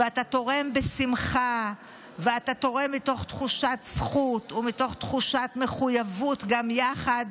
ואתה תורם בשמחה ואתה תורם מתוך תחושת זכות ומתוך תחושת מחויבות גם יחד.